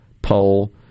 poll